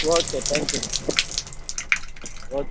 okay thank you sir okay